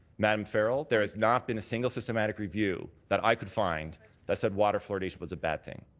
madame farrell, there has not been a single systematic review that i could find that said water fluoridation was a bad thing.